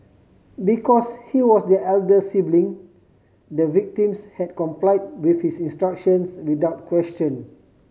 because he was their elder sibling the victims had comply with his instructions without question